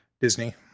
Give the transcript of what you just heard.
Disney